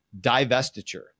divestiture